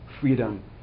freedom